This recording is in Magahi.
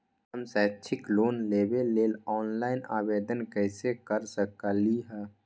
हम शैक्षिक लोन लेबे लेल ऑनलाइन आवेदन कैसे कर सकली ह?